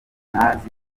ntazi